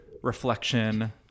reflection